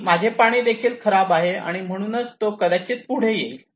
की माझे देखील पाणी खराब आहे आणि म्हणून कदाचित तो पुढे येईल